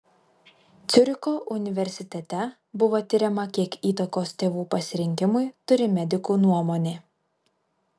ciuricho universitete buvo tiriama kiek įtakos tėvų pasirinkimui turi medikų nuomonė